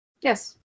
Yes